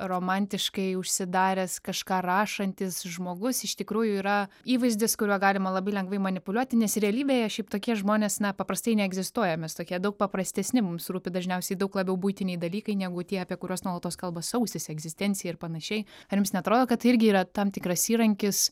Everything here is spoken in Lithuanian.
romantiškai užsidaręs kažką rašantis žmogus iš tikrųjų yra įvaizdis kuriuo galima labai lengvai manipuliuoti nes realybėje šiaip tokie žmonės na paprastai neegzistuoja mes tokie daug paprastesni mums rūpi dažniausiai daug labiau buitiniai dalykai negu tie apie kuriuos nuolatos kalba sausis egzistencija ir panašiai ar jums neatrodo kad tai irgi yra tam tikras įrankis